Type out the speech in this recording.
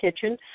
kitchen